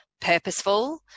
purposeful